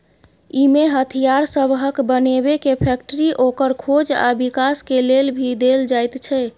इमे हथियार सबहक बनेबे के फैक्टरी, ओकर खोज आ विकास के लेल भी देल जाइत छै